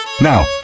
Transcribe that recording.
Now